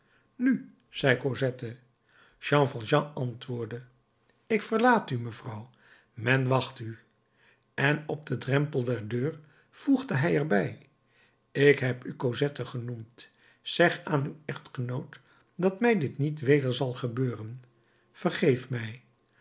nu zei cosette jean valjean antwoordde ik verlaat u mevrouw men wacht u en op den drempel der deur voegde hij er bij ik heb u cosette genoemd zeg aan uw echtgenoot dat mij dit niet weder zal gebeuren vergeef mij